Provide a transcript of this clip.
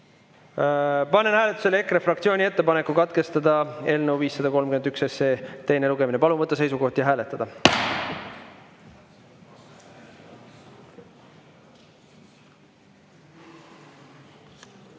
Panen hääletusele EKRE fraktsiooni ettepaneku katkestada eelnõu 531 teine lugemine. Palun võtta seisukoht ja hääletada!